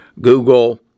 Google